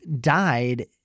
died